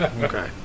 Okay